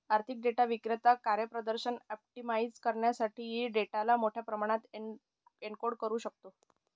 आर्थिक डेटा विक्रेता कार्यप्रदर्शन ऑप्टिमाइझ करण्यासाठी डेटाला मोठ्या प्रमाणात एन्कोड करू शकतो